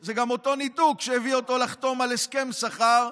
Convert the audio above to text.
זה גם אותו ניתוק שהביא אותו לחתום על הסכם שכר,